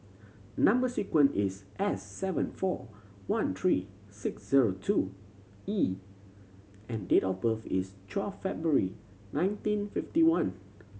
number sequence is S seven four one three six zero two E and date of birth is twelve February nineteen fifty one